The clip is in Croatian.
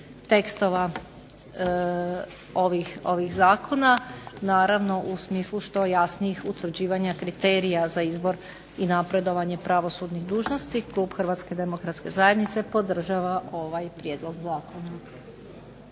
tekstova ovih zakona. Naravno u smislu što jasnijih utvrđivanja kriterija za izbor i napredovanje pravosudnih dužnosti klub Hrvatske demokratske zajednice podržava ovaj prijedlog zakona.